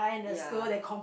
ya